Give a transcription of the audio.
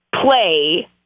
play